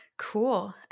cool